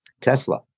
Tesla